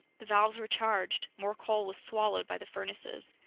the valves were charged. more coal was swallowed by the furnaces.